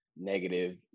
negative